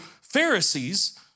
Pharisees